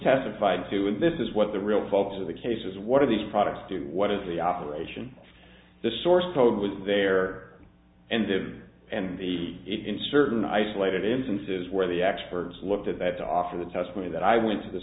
testified to in this is what the real focus of the case is what are these products doing what is the operation of the source code was there and did and the it in certain isolated instances where the experts looked at that to offer the test me that i went to the